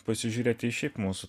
pasižiūrėti į šiaip mūsų